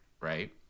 right